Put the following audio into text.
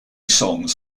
songs